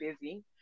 busy